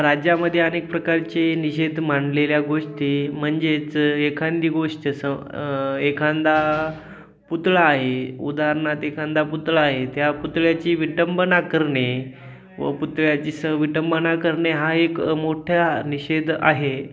राज्यामध्ये अनेक प्रकारचे निषेध मांडलेल्या गोष्टी म्हणजेच एखादी गोष्ट स एखादा पुतळा आहे उदाहरणार्थ एखादा पुतळा आहे त्या पुतळ्याची विटंबना करणे व पुतळ्याची स विटंबना करणे हा एक मोठ्या निषेध आहे